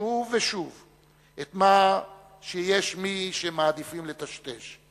שוב ושוב את מה שיש מי שמעדיפים לטשטש: